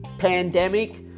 pandemic